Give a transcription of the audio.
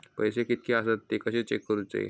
पैसे कीतके आसत ते कशे चेक करूचे?